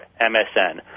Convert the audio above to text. msn